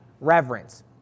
reverence